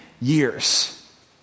years